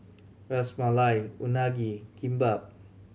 Ras Malai Unagi Kimbap